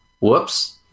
whoops